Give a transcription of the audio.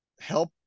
help